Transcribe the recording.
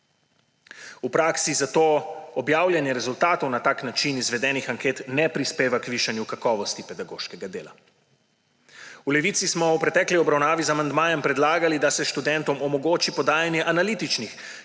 V praksi zato objavljanje rezultatov na tak način izvedenih anket ne prispevajo k višanju kakovosti pedagoškega dela. V Levici smo v pretekli obravnavi z amandmajem predlagali, da se študentom omogoči podajanje analitičnih,